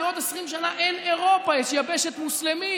בעוד 20 שנה אין אירופה, יש יבשת מוסלמית.